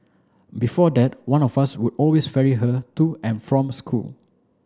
before that one of us would always ferry her to and from school